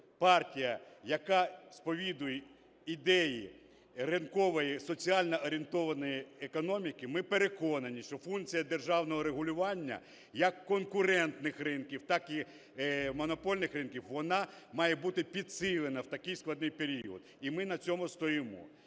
партія, яка сповідує ідеї ринкової соціально орієнтованої економіки, ми переконані, що функція державного регулювання як конкурентних ринків, так і монопольних ринків, вона має бути підсилена в такий складний період. І ми на цьому стоїмо.